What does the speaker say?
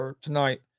tonight